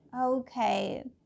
okay